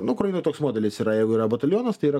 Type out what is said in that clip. nu ukrainoj toks modelis yra jeigu yra batalionas tai yra